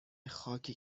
خاکی